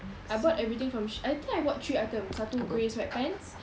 I bought everything from sh~ I think I bought three items satu grey sweatpants